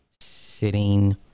sitting